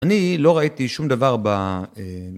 אני לא ראיתי שום דבר ב...